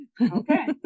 Okay